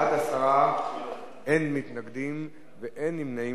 בעד, 10, אין מתנגדים ואין נמנעים.